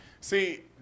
See